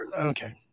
okay